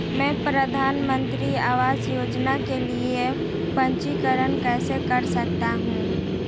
मैं प्रधानमंत्री आवास योजना के लिए पंजीकरण कैसे कर सकता हूं?